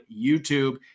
youtube